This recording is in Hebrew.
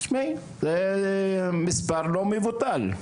זה מספר לא מבוטל.